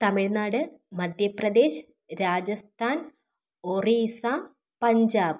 Tamil Nadu Madhya Pradesh Rajasthan Orissa Punjab